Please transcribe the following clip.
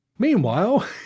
Meanwhile